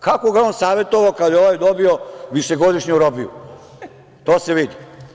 Kako ga je on savetovao kada je ovaj dobio višegodišnju robiju, to se vidi.